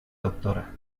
doctora